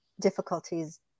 difficulties